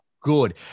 good